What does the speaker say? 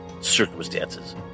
circumstances